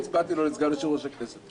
והצבעתי לו לסגן יושב-ראש הכנסת.